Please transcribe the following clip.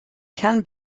can